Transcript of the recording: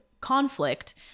conflict